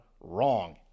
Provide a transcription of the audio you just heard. wrong